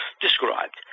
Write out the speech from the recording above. described